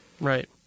Right